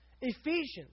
Ephesians